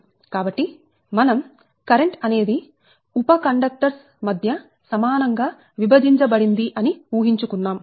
కాబట్టి మనం కరెంట్ అనేది ఉప కండక్టర్స్ మధ్య సమానం గా విభజించబడింది అని ఊహించుకున్నాం